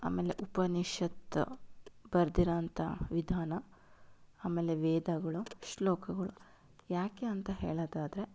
ಆಮೇಲೆ ಉಪನಿಷತ್ತು ಬರ್ದಿರೋಂಥ ವಿಧಾನ ಆಮೇಲೆ ವೇದಗಳು ಶ್ಲೋಕಗಳು ಯಾಕೆ ಅಂತ ಹೇಳೋದಾದರೆ